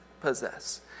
possess